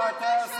מה אתה עשית בשנה,